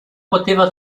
poteva